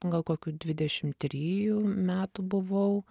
gal kokių dvidešimt trijų metų buvau